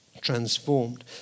Transformed